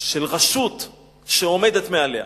של רשות שעומדת מעליה,